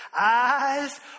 Eyes